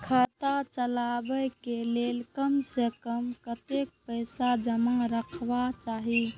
खाता चलावै कै लैल कम से कम कतेक पैसा जमा रखवा चाहि